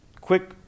quick